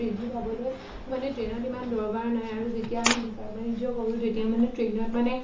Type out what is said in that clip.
বৃদ্ধি পাবলৈ মানে ট্ৰেইনত ইমান দৰকাৰ নাই আৰু যেতিয়া আমি বেপাৰ বাণিজ্য কৰোঁ তেতিয়া মানে ট্ৰেইনত মানে